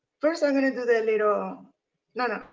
first, i'm gonna do the little no, no.